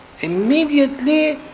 Immediately